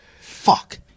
Fuck